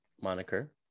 moniker